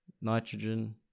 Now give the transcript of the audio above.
nitrogen